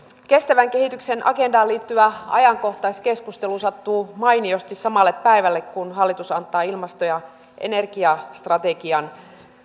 kestävän kehityksen agendaan liittyvä ajankohtaiskeskustelu sattuu mainiosti samalle päivälle kuin hallitus antaa ilmasto ja energiastrategian